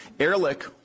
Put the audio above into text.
Ehrlich